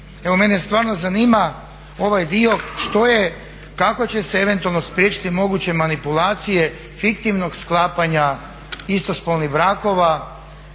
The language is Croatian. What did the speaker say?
Evo mene stvarno zanima ovaj dio što je, kako će se eventualno spriječiti moguće manipulacije fiktivnog sklapanja istospolnih brakova